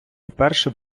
вперше